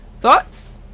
thoughts